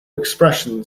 expression